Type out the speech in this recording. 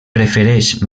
prefereix